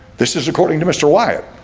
this is according to mr. wyatt